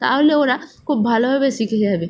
তাহলে ওরা খুব ভালোভাবে শিখে যাবে